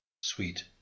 Sweet